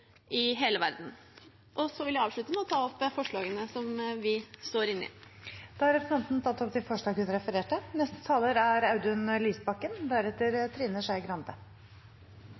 i hele verden. Så vil jeg avslutte med å ta opp forslagene vi står inne i som ikke allerede er tatt opp. Da har representanten Emilie Enger Mehl tatt opp de forslagene hun refererte